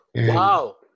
Wow